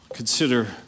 Consider